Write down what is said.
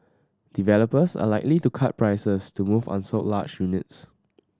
developers are likely to cut prices to move unsold large units